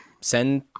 send